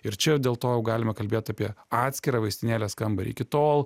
ir čia dėl to jau galima kalbėt apie atskirą vaistinėlės kambarį iki tol